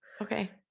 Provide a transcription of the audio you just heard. okay